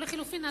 או לחלופין,